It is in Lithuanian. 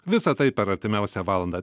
visa tai per artimiausią valandą